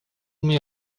mnie